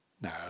No